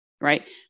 right